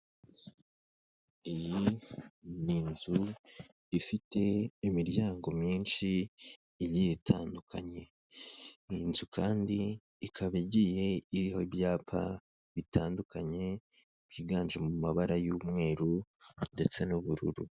Iyi ni inzu ifite imiryango myinshi igiye itandukanye, iyi nzu kandi ikaba igiye iriho ibyapa bitandukanye byiganje mu mabara y'umweru ndetse n'ubururu.